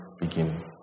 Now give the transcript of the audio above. Beginning